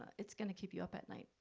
it's gonna keep you up at night,